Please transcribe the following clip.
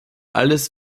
alles